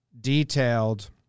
detailed